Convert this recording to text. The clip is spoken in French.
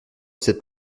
cette